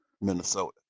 Minnesota